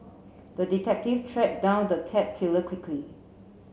the detective track down the cat killer quickly